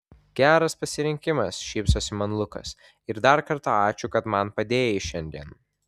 geras pasirinkimas šypsosi man lukas ir dar kartą ačiū kad man padėjai šiandien